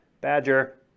Badger